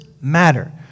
matter